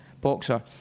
boxer